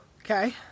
Okay